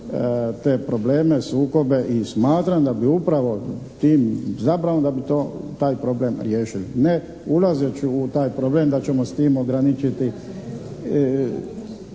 te probleme, sukobe i smatram da bi upravo tim, zapravo da bi taj problem riješili. Ne ulazeći u taj problem da ćemo s tim ograničiti